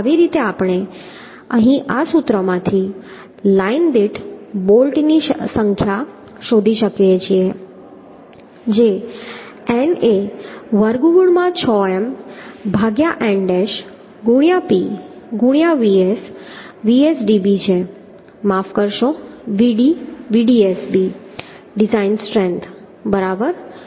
તો આવી રીતે આપણે અહીં આ સૂત્રમાંથી લાઇન દીઠ બોલ્ટની સંખ્યા શોધી શકીએ છીએ જે n એ વર્ગમૂળમાં 6M ભાગ્યા n ડેશ ગુણ્યા p ગુણ્યા Vs Vsdb છે માફ કરશો Vd Vdsb ડિઝાઇન સ્ટ્રેન્થ બરાબર